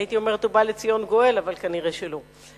הייתי אומרת "ובא לציון גואל", אבל כנראה שלא.